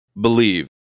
Believe